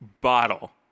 bottle